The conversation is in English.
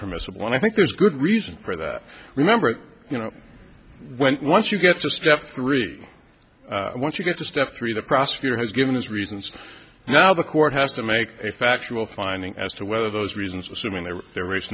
permissible and i think there's good reason for that remember you know when once you get to step three once you get to step three the prosecutor has given his reasons now the court has to make a factual finding as to whether those reasons assuming the